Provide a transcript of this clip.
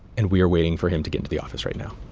and we are waiting for him to get into the office right now